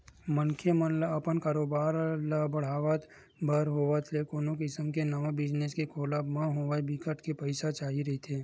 मनखे मन ल अपन कारोबार ल बड़हाय बर होवय ते कोनो किसम के नवा बिजनेस के खोलब म होवय बिकट के पइसा चाही रहिथे